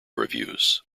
reviews